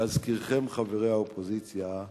להזכירכם, חברי האופוזיציה,